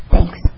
Thanks